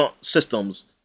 systems